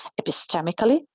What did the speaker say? epistemically